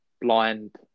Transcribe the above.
blind